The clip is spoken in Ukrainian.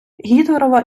гітлерова